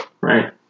Right